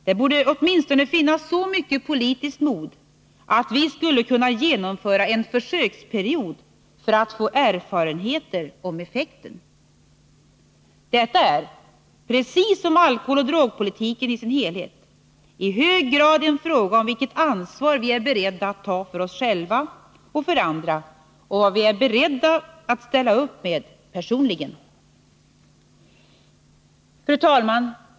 Det borde åtminstone finnas så mycket politiskt mod att vi skulle kunna genomföra en försöksperiod för att få erfarenheter om effekten. Detta är — precis som alkoholoch drogpolitiken i sin helhet — i hög grad en fråga om vilket ansvar vi är beredda att ta för oss själva och för andra och vad vi är beredda att ställa upp med personligen. Fru talman!